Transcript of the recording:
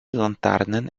laternen